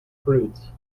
prudes